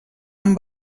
amb